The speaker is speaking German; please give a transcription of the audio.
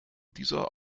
dieser